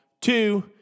two